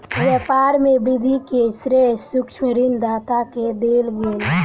व्यापार में वृद्धि के श्रेय सूक्ष्म ऋण दाता के देल गेल